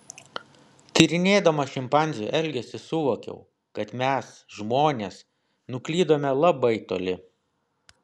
tyrinėdama šimpanzių elgesį suvokiau kad mes žmonės nuklydome labai toli